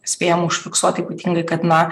spėjom užfiksuoti ypatingai kad na